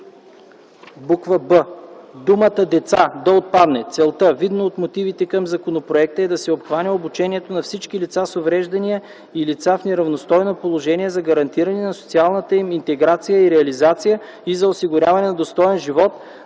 б) думата „деца” да отпадне; целта, видно от мотивите към законопроекта, е да се обхване обучението на всички лица с увреждания и лица в неравностойно положение за гарантиране на социалната им интеграция и реализация и за осигуряване на достоен живот;